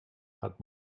gaat